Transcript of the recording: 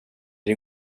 din